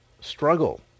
struggle